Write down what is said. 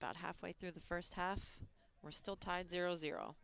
about halfway through the first half we're still tied zero zero